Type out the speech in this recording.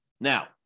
Now